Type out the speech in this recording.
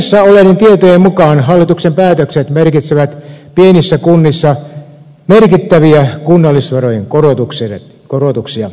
mediassa olleiden tietojen mukaan hallituksen päätökset merkitsevät pienissä kunnissa merkittäviä kunnallisverojen korotuksia